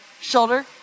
shoulder